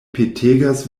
petegas